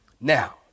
Now